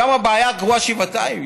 שם הבעיה גרועה שבעתיים,